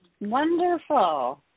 Wonderful